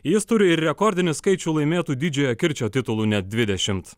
jis turi ir rekordinį skaičių laimėtų didžiojo kirčio titulų net dvidešimt